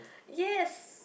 yes